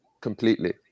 completely